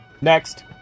Next